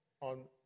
on